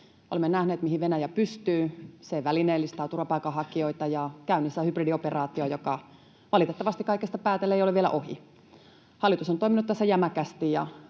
Olemme nähneet, mihin Venäjä pystyy. Se välineellistää turvapaikanhakijoita, ja käynnissä on hybridioperaatio, joka valitettavasti kaikesta päätellen ei ole vielä ohi. Hallitus on toiminut tässä jämäkästi,